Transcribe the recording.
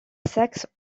saxe